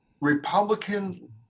Republican